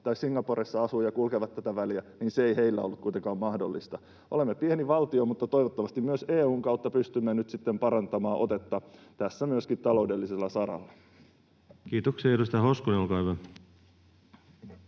jotka Singaporessa asuvat ja kulkevat tätä väliä, eivät kuitenkaan olleet mahdollisia. Olemme pieni valtio, mutta toivottavasti myös EU:n kautta pystymme nyt sitten parantamaan otetta tässä myöskin taloudellisella saralla. Kiitoksia. — Edustaja Hoskonen, olkaa hyvä.